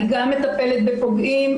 אני גם מטפלת בפוגעים.